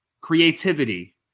Creativity